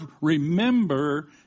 remember